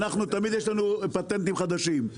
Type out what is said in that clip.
תמיד יש לנו פטנטים חדשים,